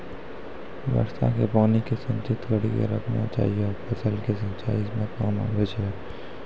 वर्षा के पानी के संचित कड़ी के रखना चाहियौ फ़सल के सिंचाई मे काम आबै छै?